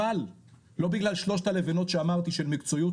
אבל לא בגלל שלושת הלבנות שאמרתי של מקצועיות,